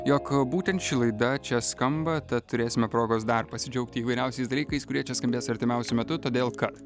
jog būtent ši laida čia skamba tad turėsime progos dar pasidžiaugti įvairiausiais dalykais kurie čia skambės artimiausiu metu todėl kad